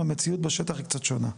המציאות בשטח היא קצת שונה.